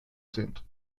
sind